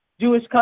Jewish